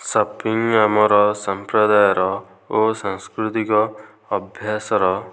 shopping ଆମର ସମ୍ପ୍ରଦାୟର ଓ ସାଂସ୍କୃତିକ ଅଭ୍ୟାସର